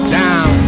down